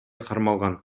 кармалган